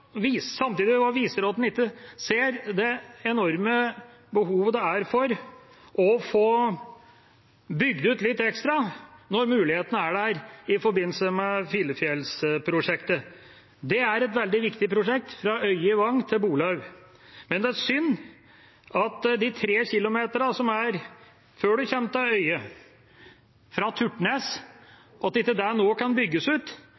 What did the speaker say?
og samtidig viser at en ikke ser det enorme behovet for å få bygd ut litt ekstra når mulighetene er der – i forbindelse med Filefjell-prosjektet. Det er et veldig viktig prosjekt fra Øye i Vang til Borlaug, men det er synd at de 3 km før en kommer til Øye, fra Turtnes, ikke kan bygges ut